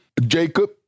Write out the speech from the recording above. Jacob